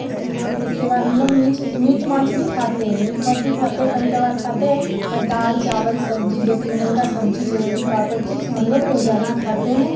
उसके बाद उसके बाद हम लोग मीट माछ भी खाते हैं मीट माछ भी खाते कभी कभार खाते हैं पर दाल चावल सब्जी दो तीन रंग का सब्जी चरौरी पापड़ चिप्स हम लोग रोजाना खाते हैं